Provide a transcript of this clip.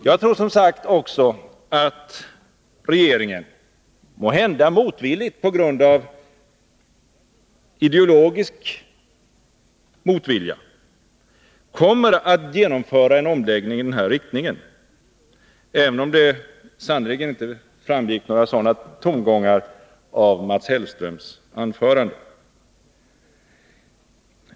Jag tror som sagt att regeringen, måhända med olust på grund av ideologisk motvilja, kommer att genomföra en omläggning i den här riktningen, även om det sannerligen inte var några sådana tongångar i Mats Hellströms anförande.